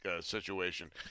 situation